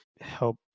help